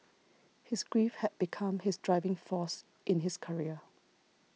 his grief had become his driving force in his career